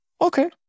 okay